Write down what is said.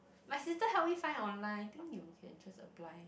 my sister help me find online I think you can just apply